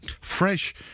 Fresh